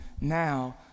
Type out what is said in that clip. now